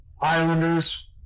Islanders